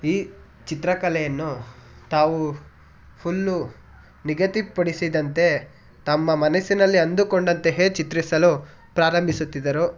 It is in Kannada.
ಈ ಚಿತ್ರಕಲೆಯನ್ನು ತಾವು ಫುಲ್ಲು ನಿಗದಿಪಡಿಸಿದಂತೆ ತಮ್ಮ ಮನಸ್ಸಿನಲ್ಲಿ ಅಂದುಕೊಂಡಂತೆಯೇ ಚಿತ್ರಿಸಲು ಪ್ರಾರಂಭಿಸುತ್ತಿದ್ದರು